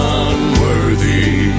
unworthy